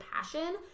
passion